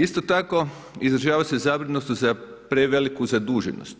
Isto tako izražava se zabrinutost za preveliku zaduženost